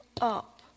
up